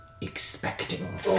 expecting